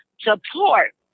support